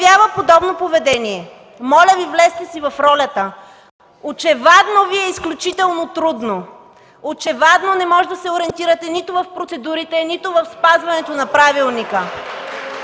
проявява подобно поведение. Моля Ви, влезте си в ролята! Очевадно Ви е изключително трудно. Очевадно не можете да се ориентирате нито в процедурите, нито в спазването на правилника.